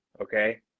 Okay